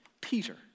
Peter